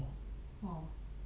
!wow!